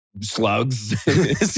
slugs